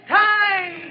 time